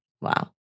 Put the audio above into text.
wow